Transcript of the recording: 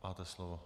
Máte slovo.